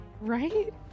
Right